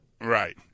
Right